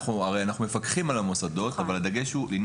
אנחנו מפקחים על המוסדות אבל הדגש הוא לעניין